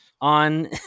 on